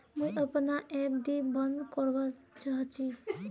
मुई अपना एफ.डी बंद करवा चहची